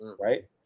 Right